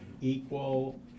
equal